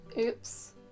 oops